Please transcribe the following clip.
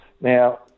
Now